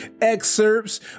excerpts